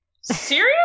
serious